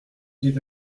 dix